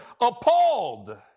appalled